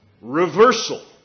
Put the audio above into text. reversal